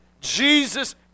Jesus